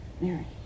Mary